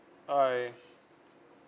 bye bye